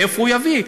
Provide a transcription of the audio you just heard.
מאיפה הוא יביא?